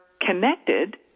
connected